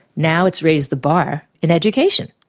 now it's raised the bar in education.